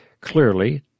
clearly